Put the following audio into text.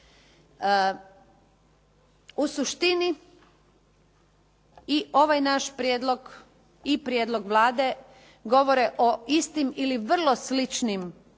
U suštini i ovaj naš prijedlog i prijedlog Vlade govore o istim ili vrlo sličnim rješenjima,